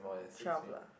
twelve lah